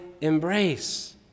embrace